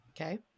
okay